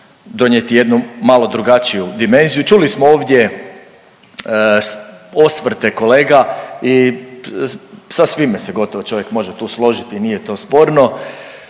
donijeti jednu malo drugačiju dimenziju. Čuli smo ovdje osvrte kolega i sa svime se gotovo čovjek može tu složiti, nije to sporno.